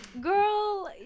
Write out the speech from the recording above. girl